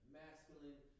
masculine